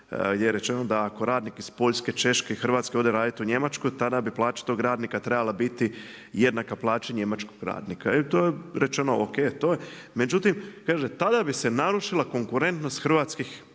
gdje je rečeno ako radnik iz Poljske, Češke, Hrvatske ode raditi u Njemačku tada bi plaća tog radnika trebala biti jednaka plaći njemačkog radnika i to je rečeno o.k., međutim kaže tada bi se narušila konkurentnost hrvatskih